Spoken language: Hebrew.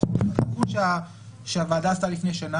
שאחד הדברים שהמערכת עושה,